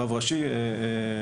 רב ראשי שנפטר.